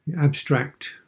abstract